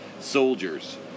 soldiers